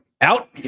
out